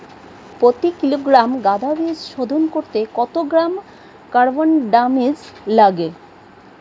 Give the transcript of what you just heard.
প্রতি কিলোগ্রাম গাঁদা বীজ শোধন করতে কত গ্রাম কারবানডাজিম লাগে?